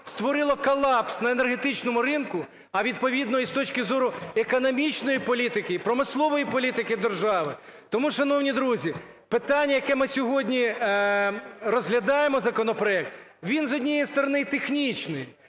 створило колапс на енергетичному ринку, а відповідно і з точки зору економічної політики і промислової політики держави. Тому, шановні друзі, питання, яке ми сьогодні розглядаємо, законопроект, він з однієї сторони технічний.